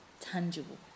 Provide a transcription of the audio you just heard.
tangible